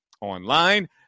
online